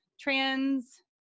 Trans